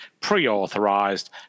pre-authorized